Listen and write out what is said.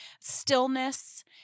stillness